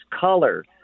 color